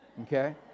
Okay